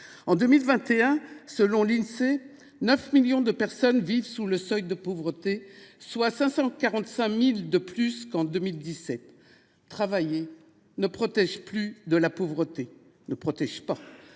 En 2021, selon l’Insee, 9 millions de personnes vivaient sous le seuil de pauvreté, soit 545 000 de plus qu’en 2017. Travailler ne protège pas de la pauvreté. Ainsi, 25